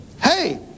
hey